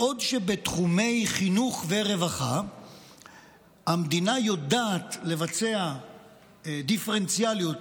בעוד שבתחומי חינוך ורווחה המדינה יודעת לבצע דיפרנציאליות,